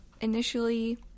initially